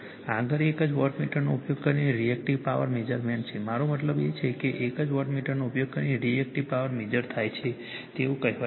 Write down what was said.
આગળ એ જ વોટમીટરનો ઉપયોગ કરીને રીએક્ટિવ પાવર મેજરમેંટ છે મારો મતલબ છે કે એ જ વોટમીટરનો ઉપયોગ કરીને રીએક્ટિવ પાવર મેજર થાય છે તેવું કહેવાય છે